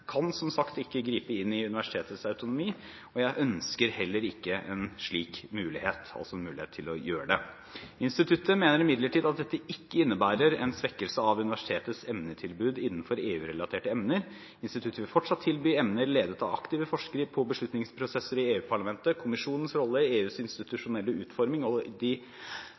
kan som sagt ikke gripe inn i universitetets autonomi. Jeg ønsker heller ikke en slik mulighet, altså en mulighet til å gjøre det. Instituttet mener imidlertid at dette ikke innebærer en svekkelse av universitetets emnetilbud innenfor EU-relaterte emner. Instituttet vil fortsatt tilby emner ledet av aktive forskere på beslutningsprosesser i EU-parlamentet, kommisjonens rolle, EUs institusjonelle utforming og de